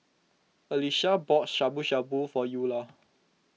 Alesha bought Shabu Shabu for Eulah